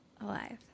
Alive